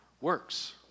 works